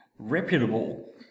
Reputable